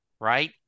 right